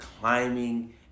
climbing